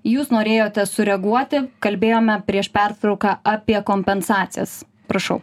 jūs norėjote sureaguoti kalbėjome prieš pertrauką apie kompensacijas prašau